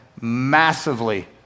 massively